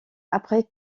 après